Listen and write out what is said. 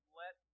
let